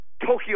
Tokyo